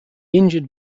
injured